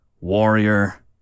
Warrior